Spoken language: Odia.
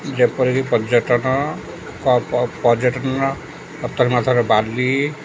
ଯେପରିକି ପର୍ଯ୍ୟଟନ ପର୍ଯ୍ୟଟନ ବାଲି